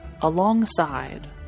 alongside